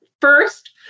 First